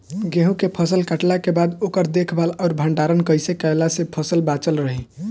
गेंहू के फसल कटला के बाद ओकर देखभाल आउर भंडारण कइसे कैला से फसल बाचल रही?